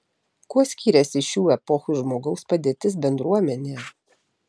kuo skyrėsi šių epochų žmogaus padėtis bendruomenėje